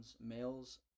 males